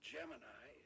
Gemini